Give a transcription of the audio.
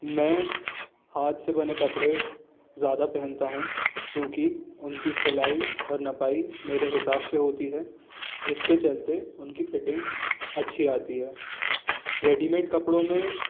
मैं हाथ से बने कपड़े ज़्यादा पहनता हूँ क्योंकि उनकी सिलाई और नपाई मेरे हिसाब से होती है जिसके चलते उनकी फिटिंग अच्छी आती है रेडीमेड कपड़ों में